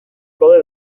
kode